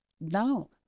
No